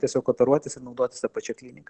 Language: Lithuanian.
tiesiog kooperuotis ir naudotis ta pačia klinika